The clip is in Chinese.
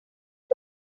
非洲